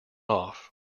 off